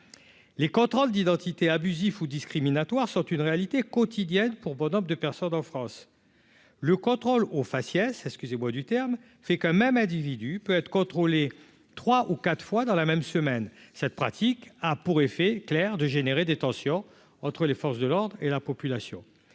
les contrôles d'identité abusifs ou discriminatoires sont une réalité quotidienne pour bon nombre de personnes en France, le contrôle au faciès, excusez-moi du terme fait quand même individu peut être contrôlé trois ou quatre fois dans la même semaine, cette pratique a pour effet clair de générer des tensions entre les forces de l'ordre et la population,